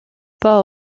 pas